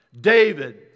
David